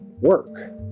work